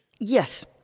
Yes